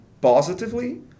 positively